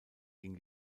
ging